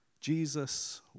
Jesus